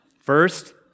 First